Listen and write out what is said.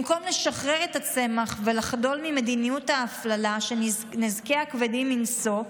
במקום לשחרר את הצמח ולחדול ממדיניות ההפללה שנזקיה כבדים מנשוא,